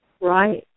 Right